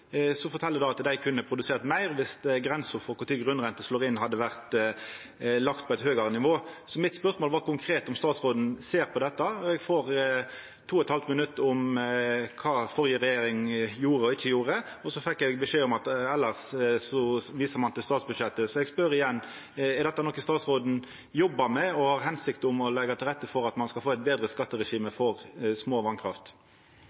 det at dei kunne produsert meir viss grensa for kva tid grunnrenteskatten slår inn, hadde vore lagd på eit høgare nivå. Spørsmålet mitt var konkret om statsråden ser på dette, og eg fekk to og eit halvt minutt om kva førre regjering gjorde og ikkje gjorde, og så fekk eg beskjed om at elles viser ein til statsbudsjettet. Så eg spør igjen: Er dette noko statsråden jobbar med, og noko han har til hensikt å leggja til rette for – at ein skal få eit betre